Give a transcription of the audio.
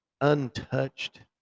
untouched